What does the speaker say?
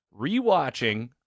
Rewatching